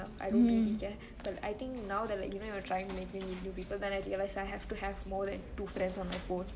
I don't really care but I think now that in uni we're trying to meet new people I realised I have to have more than two friends on my phone